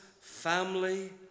family